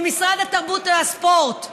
ממשרד התרבות והספורט.